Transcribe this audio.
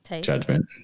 judgment